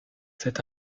cette